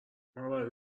مواد